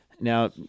Now